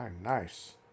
nice